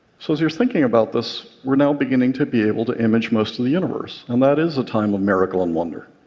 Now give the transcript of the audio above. so as you're thinking about this, we're now beginning to be able to image most of the universe. and that is a time of miracle and wonder.